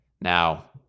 Now